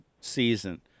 season